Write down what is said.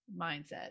mindset